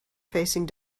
facing